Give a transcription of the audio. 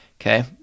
Okay